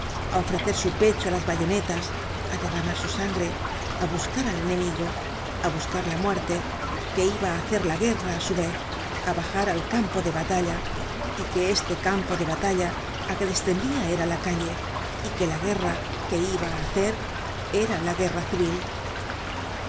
á ofrecer su pecho á las bayonetas á derramar su sangre á buscar al enemigo á buscar la muerte que iba á hacer la guerra á su vez á bajar al campo de batalla y que este campo de batalla á que descendia era la calle y que la guerra que iba á hacer era la guerra civil